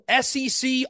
SEC